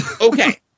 Okay